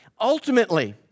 Ultimately